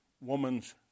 woman's